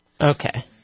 Okay